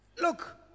look